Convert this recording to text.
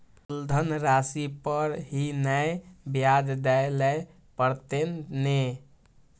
मुलधन राशि पर ही नै ब्याज दै लै परतें ने?